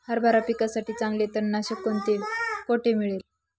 हरभरा पिकासाठी चांगले तणनाशक कोणते, कोठे मिळेल?